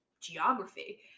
geography